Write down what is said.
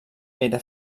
era